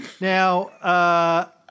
Now